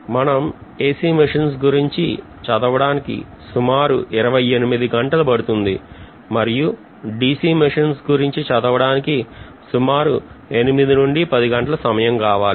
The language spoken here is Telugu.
మనం AC మిషన్స్ గురించి చదవడానికి సుమారు 28 గంటలు పడుతుంది మరియు DC మెషిన్ చదవడం కోసం సుమారు ఎనిమిది నుంచి పది గంటలు సమయం కావాలి